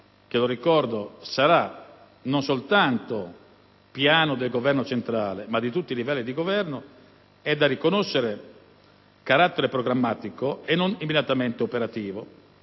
che, ricordo, è Piano non solo del Governo centrale, ma di tutti i livelli di governo - è da riconoscere carattere programmatico e non immediatamente operativo.